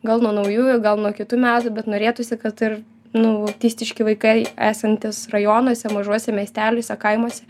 gal nuo naujųjų gal nuo kitų metų bet norėtųsi kad ir nu autistiški vaikai esantys rajonuose mažuose miesteliuose kaimuose